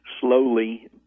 slowly